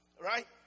Right